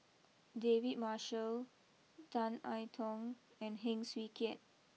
David Marshall Tan I Tong and Heng Swee Keat